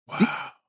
Wow